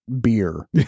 beer